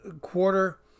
quarter